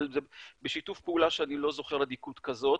אבל זה בשיתוף פעולה שאני לא זוכר אדיקות כזאת.